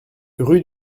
rue